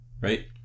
right